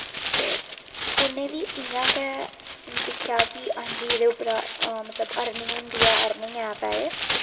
ते उन्नै बी इ'यां गै दिक्खेआ कि हां जी एह्दे उप्परा मतलब अर्निंग होंदी ऐ अर्निंग ऐप ऐ एह्